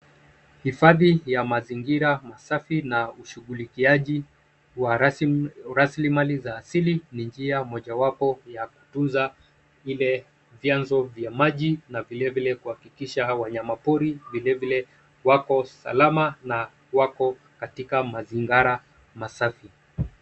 Hifadhi ya mazingira masafi na ushughulikiaji wa rasilimali za asili ni njia mojawapo ya kutunza vile vyanzo vya maji na vile vile kuhakikisha wanyamapori vile vile wako salama na wako katika mazingira masafi.